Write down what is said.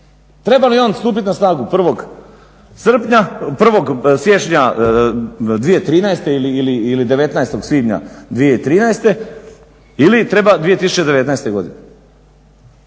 treba li on stupiti na snagu 1. siječnja 2013. ili 19. svibnja 2013. ili treba 2019. godine.